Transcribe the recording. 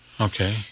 Okay